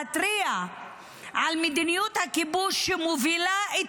להתריע על מדיניות הכיבוש שמובילה את